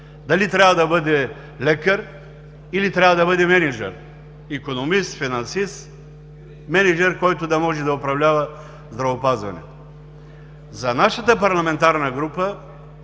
дали трябва да бъде лекар, или трябва да бъде мениджър, икономист, финансист, мениджър, който да може да управлява здравеопазването? За нашата парламентарна група